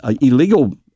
illegal